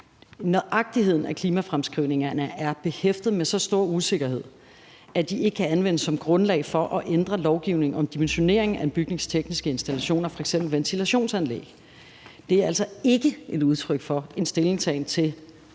Nøjagtigheden af klimafremskrivningerne er behæftet med så stor usikkerhed, at de ikke kan anvendes som grundlag for at ændre lovgivningen om dimensionering af en bygnings tekniske installationer, f.eks. ventilationsanlæg. Det er altså ikke et udtryk for en stillingtagen til, hvilket klimascenarie